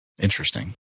Interesting